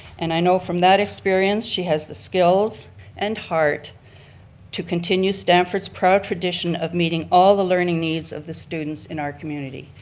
and i know from that experience she has the skills and heart to continue stamford's proud tradition of meeting all the learning needs of the students in our community.